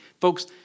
Folks